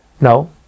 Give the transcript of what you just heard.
No